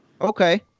Okay